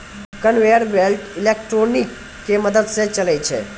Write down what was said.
conveyor belt electric के मदद स चलै छै